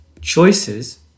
choices